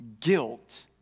guilt